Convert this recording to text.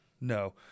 No